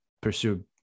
pursue